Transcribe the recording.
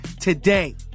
today